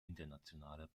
internationale